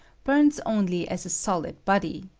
bums only as a solid body,